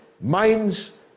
minds